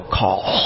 call